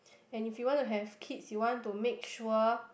and if you want to have kids you want to make sure